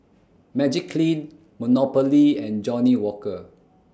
Magiclean Monopoly and Johnnie Walker